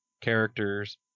characters